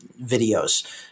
videos